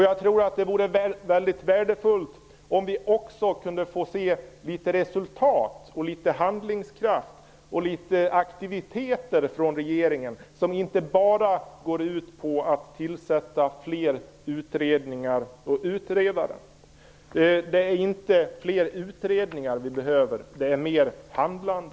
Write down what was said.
Jag tror att det vore väldigt värdefullt om vi också kunde få se litet resultat, litet handlingskraft och litet aktiviteter från regeringen som inte bara går ut på att tillsätta fler utredningar och fler utredare. Det är inte fler utredningar vi behöver. Det är mer handlande.